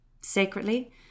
Sacredly